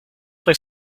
play